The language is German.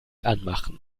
anmachen